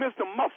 Mr